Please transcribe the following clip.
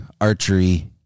archery